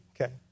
okay